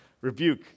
rebuke